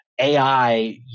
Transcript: AI